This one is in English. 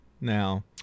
now